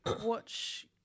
watch